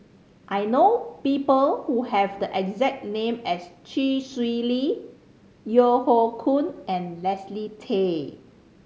I know people who have the exact name as Chee Swee Lee Yeo Hoe Koon and Leslie Tay